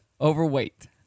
overweight